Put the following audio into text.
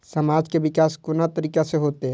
समाज के विकास कोन तरीका से होते?